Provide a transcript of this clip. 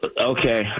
Okay